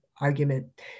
argument